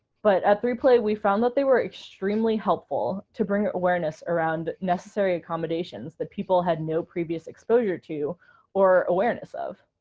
but at three play, we found that they were extremely helpful to bring awareness around necessary accommodations that people had no previous exposure to or awareness of.